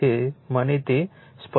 મને તે સ્પષ્ટ કરવા દો